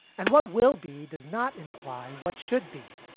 and what will be does not imply what should be.